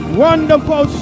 wonderful